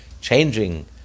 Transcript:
Changing